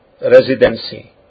residency